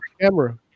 camera